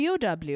POW